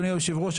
אדוני היושב-ראש,